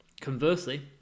Conversely